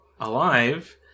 alive